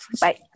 Bye